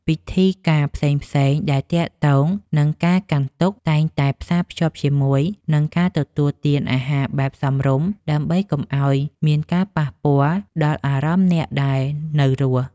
ពិធីការផ្សេងៗដែលទាក់ទងនឹងការកាន់ទុក្ខតែងតែផ្សារភ្ជាប់ជាមួយនឹងការទទួលទានអាហារបែបសមរម្យ ដើម្បីកុំឱ្យមានការប៉ះពាល់ដល់អារម្មណ៍អ្នកដែលនៅរស់។